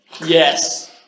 Yes